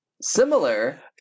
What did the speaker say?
Similar